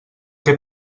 què